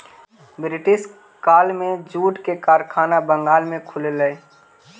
British काल में jute के कारखाना बंगाल में खुललई